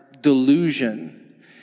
delusion